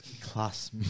Class